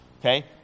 Okay